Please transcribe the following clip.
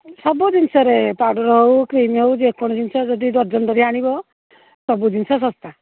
ସବୁ ଜିନିଷରେ ପାଉଡ଼ର୍ ହେଉ କ୍ରିମ୍ ହେଉ ଯେକୌଣସି ଜିନିଷ ଯଦି ଡର୍ଜନ୍ ଧରି ଆଣିବ ସବୁ ଜିନିଷ ଶସ୍ତା